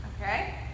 Okay